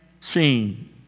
seen